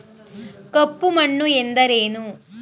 ಕಪ್ಪು ಮಣ್ಣು ಎಂದರೇನು?